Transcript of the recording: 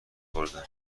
خوردم